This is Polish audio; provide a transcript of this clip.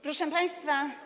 Proszę Państwa!